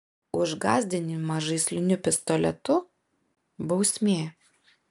už gąsdinimą žaisliniu pistoletu bausmė